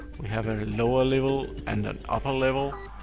we have a lower level and an upper level,